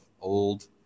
old